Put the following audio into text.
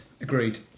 agreed